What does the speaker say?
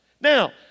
Now